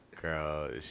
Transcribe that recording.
girl